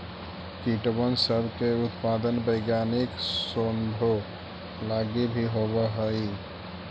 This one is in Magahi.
कीटबन सब के उत्पादन वैज्ञानिक शोधों लागी भी होब हई